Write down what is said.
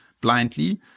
blindly